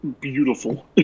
beautiful